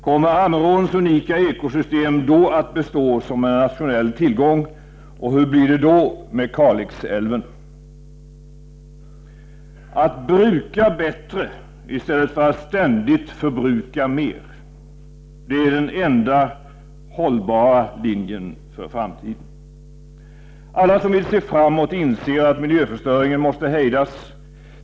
Kommer Ammeråns unika ekosystem då att bestå som en nationell tillgång? Och hur blir det då med Kalixälven? Att bruka bättre i stället för att ständigt förbruka mer. Det är den enda hållbara linjen för framtiden. Alla som vill se framåt inser att miljöförstöringen måste hejdas.